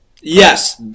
Yes